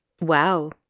Wow